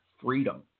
freedom